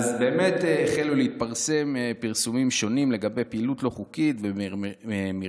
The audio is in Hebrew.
החלו להתפרסם פרסומים שונים לגבי פעילות לא חוקית ומרמה,